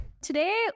Today